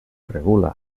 regula